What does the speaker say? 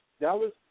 Dallas